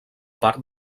part